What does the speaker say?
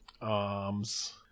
arms